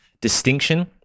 distinction